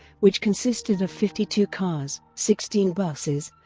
which consisted of fifty two cars, sixteen buses,